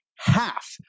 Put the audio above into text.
half